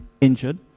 injured